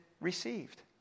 received